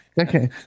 Okay